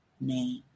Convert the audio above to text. name